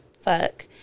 fuck